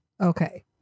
okay